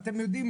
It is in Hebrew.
אתם יודעים,